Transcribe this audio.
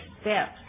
steps